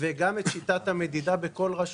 וגם את שיטת המדידה בכל רשות.